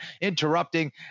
interrupting